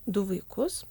du vaikus